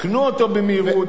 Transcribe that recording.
תקנו אותו במהירות,